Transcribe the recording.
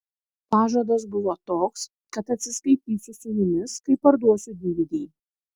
pažadas buvo toks kad atsiskaitysiu su jumis kai parduosiu dvd